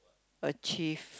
achieve